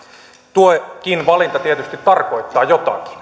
tuokin valinta tietysti tarkoittaa jotakin